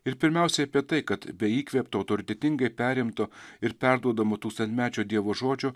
ir pirmiausiai apie tai kad bei įkvėpta autoritetingai perimto ir perduodamo tūkstantmečio dievo žodžio